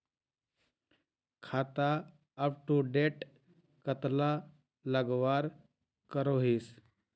खाता अपटूडेट कतला लगवार करोहीस?